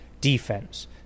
defense